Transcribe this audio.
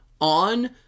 on